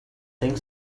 think